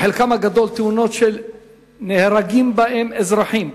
בחלקן הגדול אלה תאונות שנהרגים בהן אזרחים.